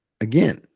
again